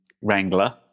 wrangler